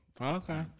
Okay